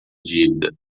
dívida